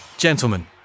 Gentlemen